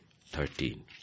thirteen